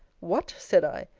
what! said i,